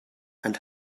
and